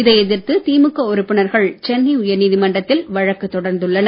இதை எதிர்த்து திமுக உறுப்பினர்கள் சென்னை உயர்நீதிமன்றத்தில் வழக்குத் தொடர்ந்துள்ளனர்